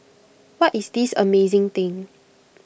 what is this amazing thing